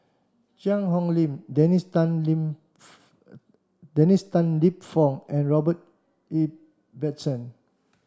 Cheang Hong Lim Dennis Tan Lip Dennis Tan Lip Fong and Robert Ibbetson